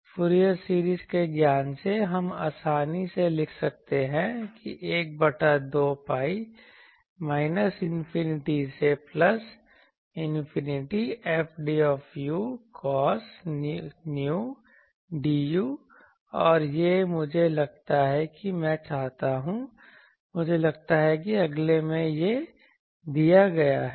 Fourier series के ज्ञान से हम आसानी से लिख सकते हैं कि 1 बटा 2 pi माइनस इन्फिनिटी से plus infinity Fd cos nu du और यह मुझे लगता है कि मैं चाहता हूं मुझे लगता है कि अगले में यह दिया गया है